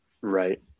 Right